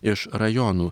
iš rajonų